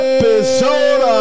Episode